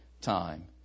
time